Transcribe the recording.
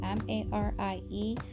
M-A-R-I-E